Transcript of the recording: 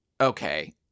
okay